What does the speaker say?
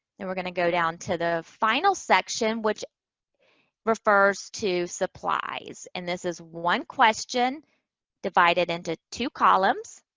and we're going to go down to the final section, which refers to supplies. and this is one question divided into two columns,